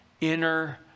inner